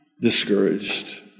discouraged